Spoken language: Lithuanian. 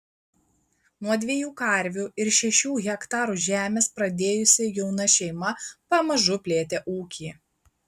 nuo dviejų karvių ir šešių hektarų žemės pradėjusi jauna šeima pamažu plėtė ūkį